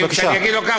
כי אם אני אגיד לו כך,